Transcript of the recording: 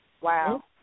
Wow